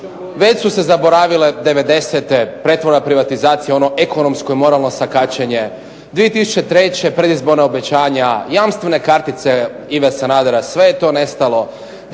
Već su se zaboravile '90.-te pretvorba, privatizacija, ono ekonomsko i moralno sakaćenje. 2003. predizborna obećanja, jamstvene kartice Ive Sanadera sve je to nestalo.